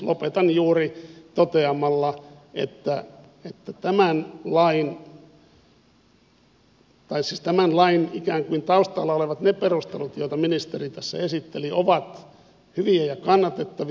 lopetan juuri toteamalla että tämän lain ikään kuin taustalla olevat perustelut ne joita ministeri tässä esitteli ovat hyviä ja kannatettavia